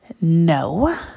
no